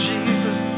Jesus